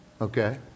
Okay